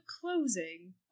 closing